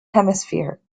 hemisphere